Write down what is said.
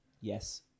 Yes